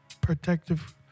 protective